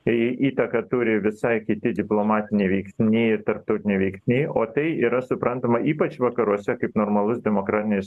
tai įtaką turi visai kiti diplomatiniai veiksniai tarptautiniai veiksniai o tai yra suprantama ypač vakaruose kaip normalus demokratinis